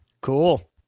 Cool